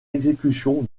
exécution